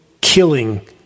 killing